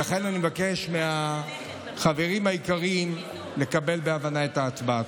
ולכן אני מבקש מהחברים היקרים לקבל בהבנה את ההצבעה.